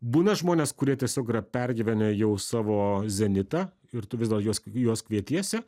būna žmonės kurie tiesiog yra pergyvenę jau savo zenitą ir tu vis dar juos juos kvietiesi